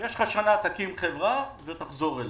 יש לך שנה תקים קופה ותחזור אלינו.